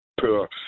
poor